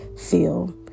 feel